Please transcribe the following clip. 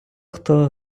хто